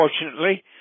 unfortunately